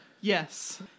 Yes